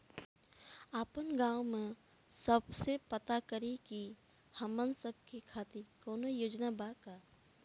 आपन गाँव म कइसे पता करि की हमन सब के खातिर कौनो योजना बा का?